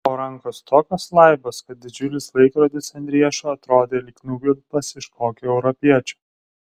o rankos tokios laibos kad didžiulis laikrodis ant riešo atrodė lyg nugvelbtas iš kokio europiečio